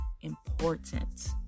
important